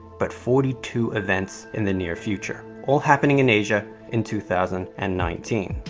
but forty two events in the near future, all happening in asia in two thousand and nineteen.